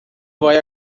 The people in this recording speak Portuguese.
vai